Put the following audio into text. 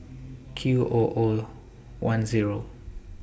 Q O O one Zero